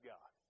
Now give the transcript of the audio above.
God